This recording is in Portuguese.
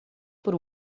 por